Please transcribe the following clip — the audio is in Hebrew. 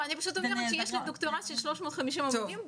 אני פשוט אומרת שיש דוקטורט של 350 עמודים,